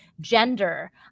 gender